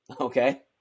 Okay